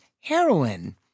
heroin